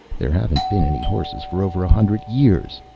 there haven't been any horses for over a hundred years.